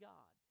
God